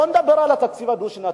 בוא נדבר על התקציב הדו-שנתי,